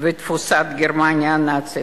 ותבוסת גרמניה הנאצית,